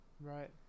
right